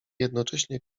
jednocześnie